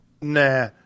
nah